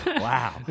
wow